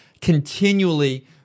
continually